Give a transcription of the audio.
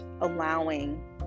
allowing